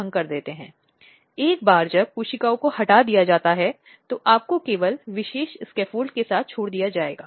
इसलिए उसे मौद्रिक राहत मुआवजे आदि की आवश्यकता हो सकती है